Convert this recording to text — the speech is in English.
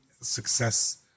success